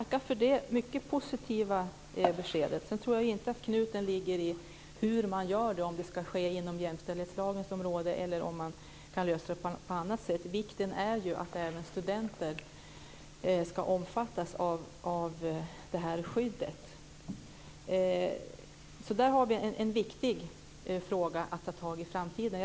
Fru talman! Jag tackar för det positiva beskedet. Jag tror inte att knuten ligger i hur man gör det, om det ska ske inom jämställdhetslagens område eller om man kan lösa det på annat sätt. Det viktiga är att även studenter ska omfattas av skyddet. Där har vi en viktig fråga att ta tag i inför framtiden.